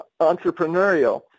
entrepreneurial